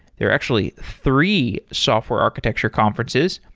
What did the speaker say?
there are actually three software architecture conferences.